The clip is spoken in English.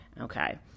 Okay